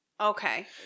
Okay